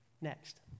Next